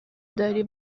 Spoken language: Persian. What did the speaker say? داری